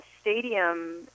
stadium